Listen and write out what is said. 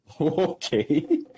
okay